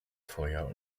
feuer